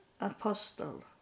apostle